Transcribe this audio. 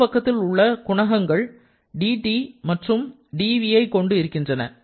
வலது பக்கத்தில் உள்ள குணகங்கள் dT மற்றும் dv ஐ கொண்டு இருக்கின்றன